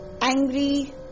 angry